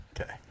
okay